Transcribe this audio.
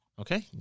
Okay